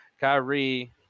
Kyrie